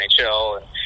nhl